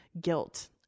guilt